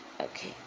Okay